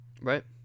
Right